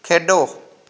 ਖੇਡੋ